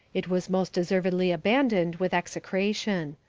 it was most deservedly abandoned with execration.